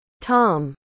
Tom